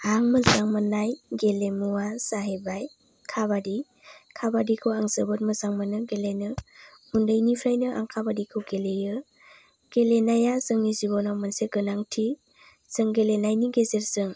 आं मोजां मोननाय गेलेमुवा जाहैबाय काबादि काबादिखौ आं जोबोद मोजां मोनो गेलेनो उन्दैनिफ्रायनो आं काबादिखौ गेलेयो गेलेनाया जोंनि जिबनाव मोनसे गोनांथि जों गेलेनायनि गेजेरजों